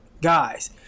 guys